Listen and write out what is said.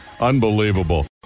Unbelievable